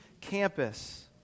campus